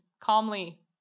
calmly